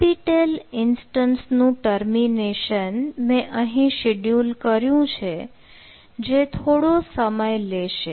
NPTEL instance નું termination મેં અહીં શિડયુલ કર્યું છે જે થોડો સમય લેશે